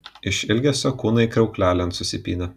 iš ilgesio kūnai kriauklelėn susipynė